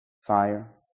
fire